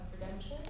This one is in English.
redemption